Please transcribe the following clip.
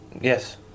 Yes